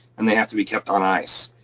and they have to be kept on ice.